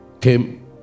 came